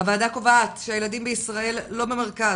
הוועדה קובעת שהילדים בישראל לא במרכז,